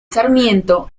sarmiento